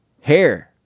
Hair